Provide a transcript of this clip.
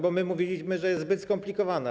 Bo my mówiliśmy, że jest zbyt skomplikowana.